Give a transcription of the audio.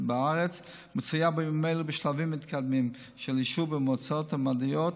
מצויה בימים אלה בשלבים מתקדמים של אישור במועצה המדעית.